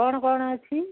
କ'ଣ କ'ଣ ଅଛି